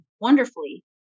wonderfully